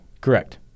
Correct